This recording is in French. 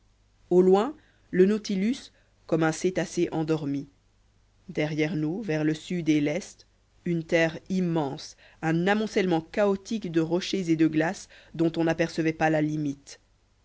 au loin le nautilus comme un cétacé endormi derrière nous vers le sud et l'est une terre immense un amoncellement chaotique de rochers et de glaces dont on n'apercevait pas la limite